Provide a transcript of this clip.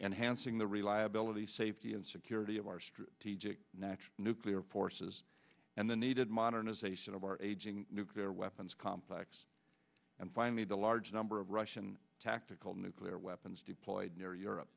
and hansing the reliability safety and security of our strategic nach nuclear forces and the needed modernization of our aging nuclear weapons complex and finally the large number of russian tactical nuclear weapons deployed near europe